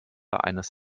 eines